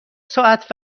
ساعت